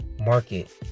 market